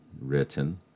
written